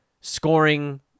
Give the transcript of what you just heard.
Scoring